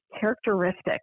characteristic